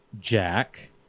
jack